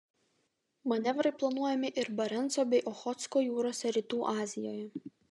manevrai planuojami ir barenco bei ochotsko jūrose rytų azijoje